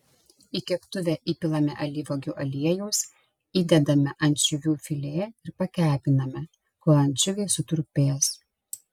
į keptuvę įpilame alyvuogių aliejaus įdedame ančiuvių filė ir pakepiname kol ančiuviai sutrupės